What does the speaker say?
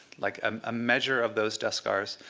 like a measure of those dust scars.